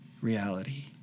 reality